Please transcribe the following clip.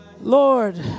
Lord